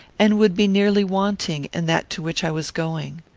and would be nearly wanting in that to which i was going.